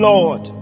Lord